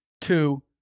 Two